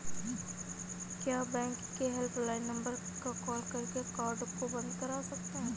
क्या बैंक के helpline number पर कॉल करके कार्ड को बंद करा सकते हैं?